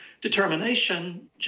determination